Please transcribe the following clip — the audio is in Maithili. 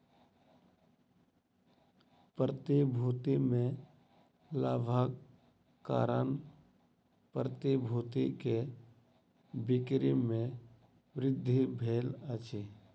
प्रतिभूति में लाभक कारण प्रतिभूति के बिक्री में वृद्धि भेल अछि